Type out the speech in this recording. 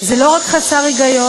זה לא רק חסר היגיון,